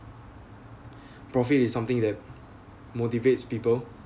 profit is something that motivates people